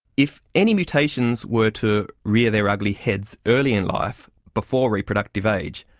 if any mutations were to rear their ugly heads early in life, before reproductive age,